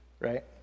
Right